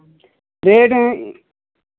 rate हैं